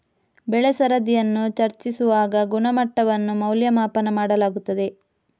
ಬೆಳೆ ಸರದಿಯನ್ನು ಚರ್ಚಿಸುವಾಗ ಗುಣಮಟ್ಟವನ್ನು ಮೌಲ್ಯಮಾಪನ ಮಾಡಲಾಗುತ್ತದೆ